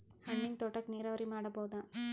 ಹಣ್ಣಿನ್ ತೋಟಕ್ಕ ನೀರಾವರಿ ಮಾಡಬೋದ?